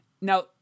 Now